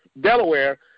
Delaware